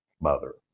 mother